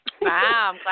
Wow